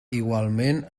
igualment